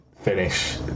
finish